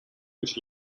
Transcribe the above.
which